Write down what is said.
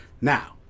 Now